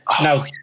Now